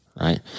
right